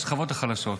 לשכבות החלשות.